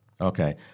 Okay